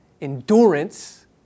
endurance